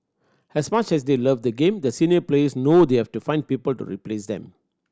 as much as they love the game the senior players know they have to find people to replace them